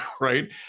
right